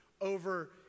over